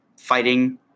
fighting